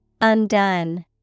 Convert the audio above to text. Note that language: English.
Undone